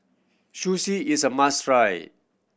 sushi is a must try